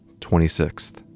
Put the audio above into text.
26th